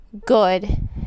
good